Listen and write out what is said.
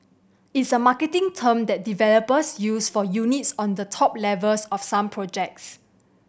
it's a marketing term that developers use for units on the top levels of some projects